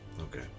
Okay